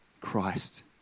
Christ